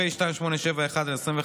פ/2871/25,